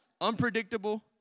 Unpredictable